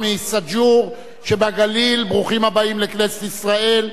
מסאג'ור שבגליל: ברוכים הבאים לכנסת ישראל.